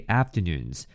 afternoons